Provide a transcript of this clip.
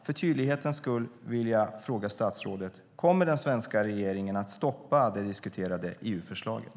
För tydlighetens skull vill jag fråga statsrådet: Kommer den svenska regeringen att stoppa det diskuterade EU-förslaget?